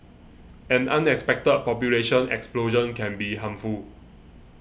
an unexpected population explosion can be harmful